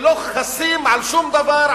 ולא חסים על שום דבר,